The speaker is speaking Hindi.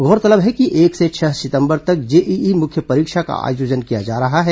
गौरतलब है कि एक से छह सितंबर तक जेईई मुख्य परीक्षा का आयोजन किया जा रहा है